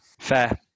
Fair